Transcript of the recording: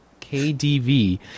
KDV